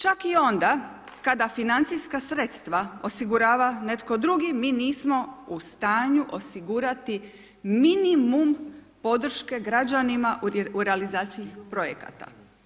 Čak i onda kada financijska sredstva osigurava netko drugi mi nismo u stanju osigurati minimum podrške građanima u realizaciji projekata.